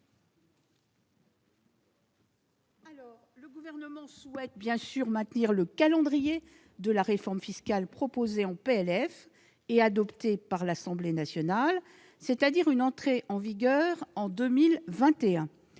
Le Gouvernement souhaite bien sûr maintenir le calendrier de la réforme fiscale proposée en PLF et adoptée par l'Assemblée nationale, c'est-à-dire une entrée en vigueur en 2021.